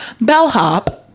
bellhop